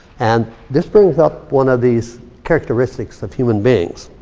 and this brings up one of these characteristics of human beings.